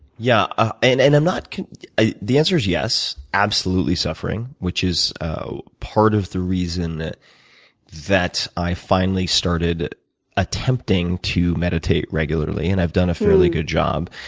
yeah, ah and and i'm not convinced, the answer is yes, absolutely suffering which is part of the reason that that i finally started attempting to meditate regularly and i've done a fairly good job